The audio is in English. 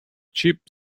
cheap